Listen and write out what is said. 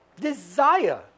desire